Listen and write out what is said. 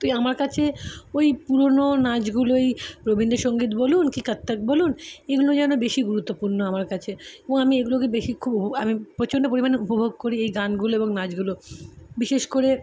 তো এই আমার কাছে ওই পুরোনো নাচগুলোই রবীন্দসঙ্গীত বলুন কি কথ্যক বলুন এগুলো যেন বেশি গুরুত্বপূর্ণ আমার কাছে এবং আমি এগুলোকে বেশি খুবও আমি প্রচণ্ড পরিমাণে উপভোগ করি এই গানগুলো এবং নাচগুলো বিশেষ করে